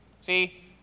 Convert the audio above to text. See